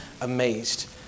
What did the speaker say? amazed